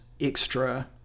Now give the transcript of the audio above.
extra